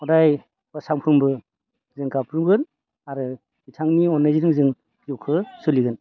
हदाय बा सामफ्रोमबो जों गाबज्रिगोन आरो बिथांनि अननायजोंनो जों जिउखो सोलिगोन